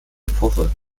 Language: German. epoche